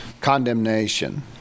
condemnation